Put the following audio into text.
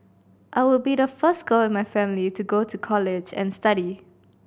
I would be the first girl in my family to go to college and study